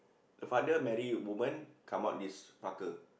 the father marry a woman come out this fucker